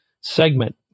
segment